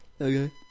Okay